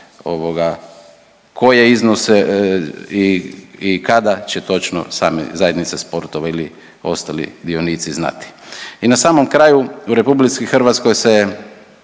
koje iznose i kada će točno same zajednice sportova ili ostali dionici znati. I na samom kraju, u RH se